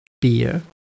beer